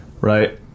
right